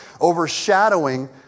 overshadowing